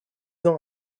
ans